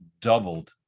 doubled